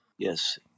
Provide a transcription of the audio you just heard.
yes